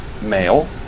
male